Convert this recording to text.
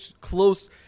close –